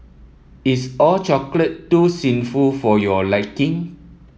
is All Chocolate too sinful for your liking